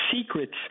secrets